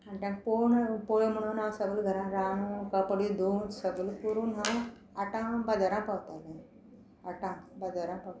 तांकां पळोवन पळय म्हणून हांव सगळे घरान रांदून कपडे धुवून सगले करून हांव आठांक बाजारांक पावतालें आठांक बाजारां पावतालें